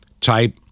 type